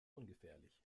ungefährlich